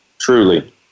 Truly